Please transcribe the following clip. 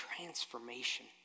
transformation